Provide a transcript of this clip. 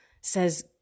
says